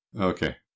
okay